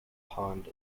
pond